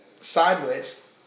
Sideways